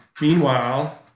Meanwhile